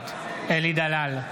נוכחת אלי דלל,